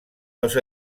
dos